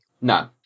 no